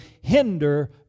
hinder